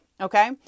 Okay